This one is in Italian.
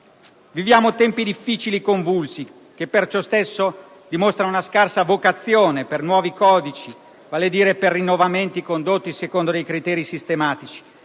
Viviamo tempi difficili e convulsi che per ciò stesso dimostrano una scarsa vocazione per nuovi codici, vale a dire per rinnovamenti condotti secondo criteri sistematici.